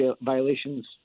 violations